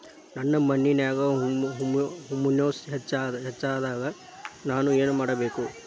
ನನ್ನ ಮಣ್ಣಿನ್ಯಾಗ್ ಹುಮ್ಯೂಸ್ ಹೆಚ್ಚಾಕ್ ನಾನ್ ಏನು ಮಾಡ್ಬೇಕ್?